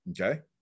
Okay